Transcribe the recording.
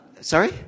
Sorry